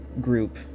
group